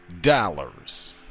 dollars